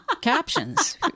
captions